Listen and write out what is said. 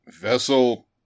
vessel